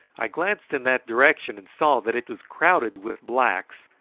i glanced in that direction and saw that it was crowded with blacks,